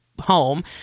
home